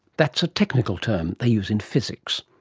that's a technical term they use in physics.